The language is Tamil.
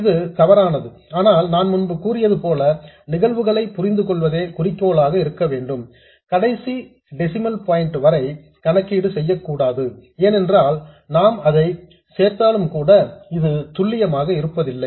இது தவறானது ஆனால் நான் முன்பு கூறியது போல நிகழ்வுகளை புரிந்து கொள்வதே குறிக்கோளாக இருக்க வேண்டும் கடைசி டெசிமல் பாயின்ட் வரை கணக்கீடு செய்யக்கூடாது ஏனென்றால் நீங்கள் அதை சேர்த்தாலும் கூட இது துல்லியமாக இருப்பதில்லை